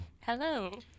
Hello